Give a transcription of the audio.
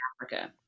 Africa